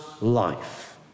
life